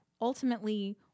ultimately